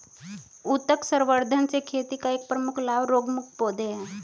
उत्तक संवर्धन से खेती का एक प्रमुख लाभ रोगमुक्त पौधे हैं